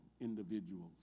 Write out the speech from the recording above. individuals